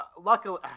luckily